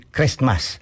Christmas